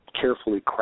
carefully